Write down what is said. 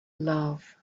love